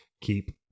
keep